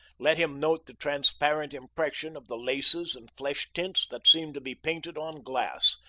let him note the transparent impression of the laces and flesh-tints that seem to be painted on glass,